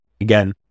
again